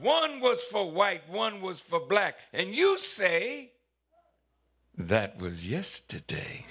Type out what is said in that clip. one was for white one was for black and you say that was yesterday